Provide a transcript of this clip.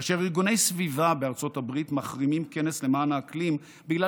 כאשר ארגוני סביבה בארצות הברית מחרימים כנס למען האקלים בגלל